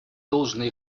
должное